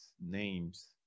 names